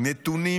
נתונים